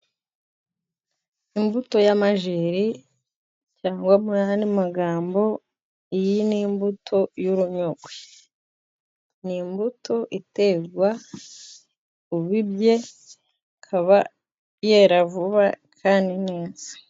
Imbuto y'amajeri cyangwa mu yandi magambo, iyi n'imbuto y'urunyogwe. Ni imbuto iterwa ubibye ikaba yera vuba kandi neza.